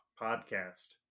podcast